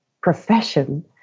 profession